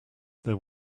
there